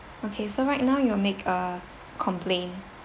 okay so right now you will make a complaint